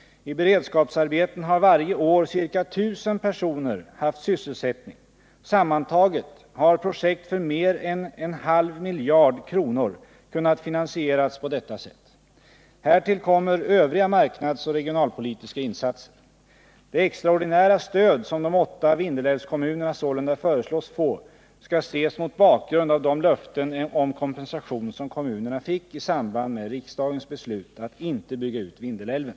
I beredskapsarbeten har varje år ca 1 000 personer haft sysselsättning. Sammantaget har projekt för mer än en halv miljard kronor kunnat finansieras på detta sätt. Härtill kommer övriga marknadsoch regionalpolitiska insatser. Det extraordinära stöd som de åtta Vindelälvskommunerna sålunda föreslås få skall ses mot bakgrund av de löften om kompensation som kommunerna fick i samband med riksdagens beslut att inte bygga ut Vindelälven.